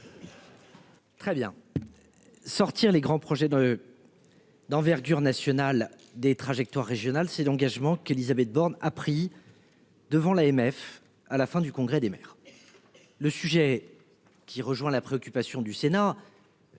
Très bien. Sortir les grands projets de. D'envergure nationale des trajectoires régional, c'est l'engagement qu'Élisabeth Borne a pris. Devant l'AMF à la fin du congrès des maires. Le sujet. Qui rejoint la préoccupation du Sénat.